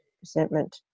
resentment